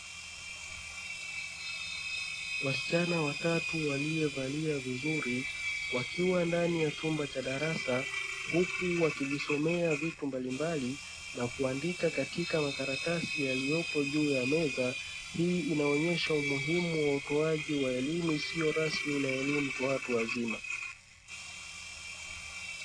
Wasichana watatu waliovalia vizuri wakiwa ndani ya chumba cha darasa huku wakijisomea vitu mbalimbali na kuandika katika makaratasi yaliyopo juu ya meza. Hii inaonyesha umuhimu wa utoaji wa elimu isiyo rasmi na elimu kwa watu wazima.